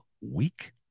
week